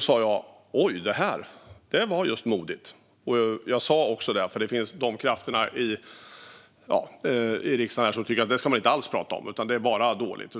sa jag: Oj, det här var modigt! Det sa jag då det finns krafter i riksdagen som tycker att man inte alls ska prata om det här, för det är bara dåligt.